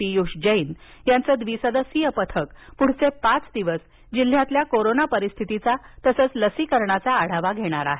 पियुष जैन यांचं द्विसदस्यीय पथक पुढील पाच दिवस जिल्ह्यातील कोरोना परिस्थितीचा तसच लसीकरणाचा आढावा घेणार आहे